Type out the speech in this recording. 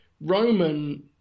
Roman